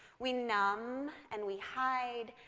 we numb, and we hide,